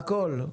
הכול.